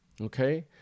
okay